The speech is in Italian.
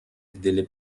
delle